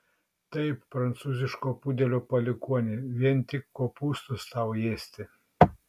taip prancūziško pudelio palikuoni vien tik kopūstus tau ėsti